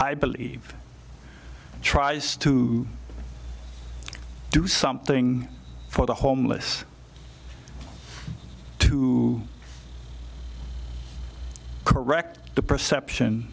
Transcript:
i believe tries to do something for the homeless to correct the perception